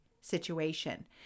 situation